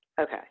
Okay